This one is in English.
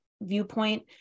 viewpoint